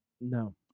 No